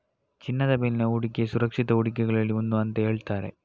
ಚಿನ್ನದ ಮೇಲಿನ ಹೂಡಿಕೆ ಸುರಕ್ಷಿತ ಹೂಡಿಕೆಗಳಲ್ಲಿ ಒಂದು ಅಂತ ಹೇಳ್ತಾರೆ